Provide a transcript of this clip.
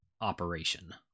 operation